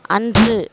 அன்று